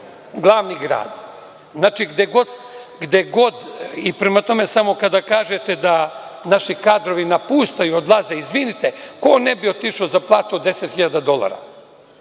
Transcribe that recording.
glavni grad. Prema tome, kada kažete da naši kadrovi napuštaju, odlaze, izvinite, ko ne bi otišao za platu od 10.000 dolara?